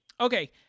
okay